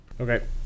Okay